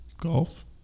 Golf